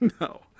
No